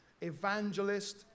evangelist